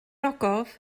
ogof